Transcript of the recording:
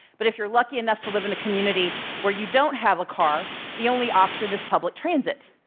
but if you're lucky enough to live in a community where you don't have a car, the only option is public transit.